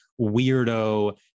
weirdo